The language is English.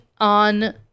on